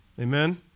Amen